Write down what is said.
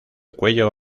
cuello